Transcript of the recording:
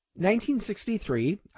1963